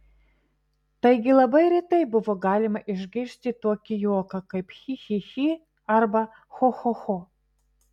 taigi labai retai buvo galima išgirsti tokį juoką kaip chi chi chi arba cho cho cho